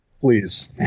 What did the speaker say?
Please